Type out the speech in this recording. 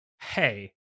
hey